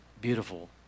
beautiful